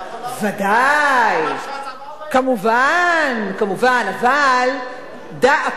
ודאי, כמובן, כמובן, אבל דא עקא